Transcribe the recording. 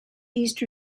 easter